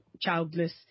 childless